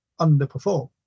underperform